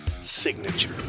signature